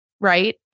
right